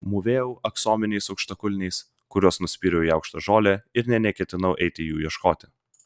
mūvėjau aksominiais aukštakulniais kuriuos nuspyriau į aukštą žolę ir nė neketinau eiti jų ieškoti